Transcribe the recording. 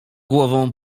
głową